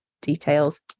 details